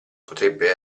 potrebbe